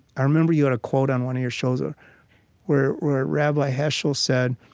i remember you had a quote on one of your shows, ah where rabbi heschel said,